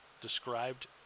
described